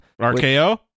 RKO